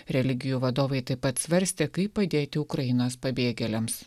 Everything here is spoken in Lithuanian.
religijų vadovai taip pat svarstė kaip padėti ukrainos pabėgėliams